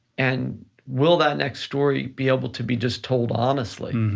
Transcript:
and will that next story be able to be just told honestly?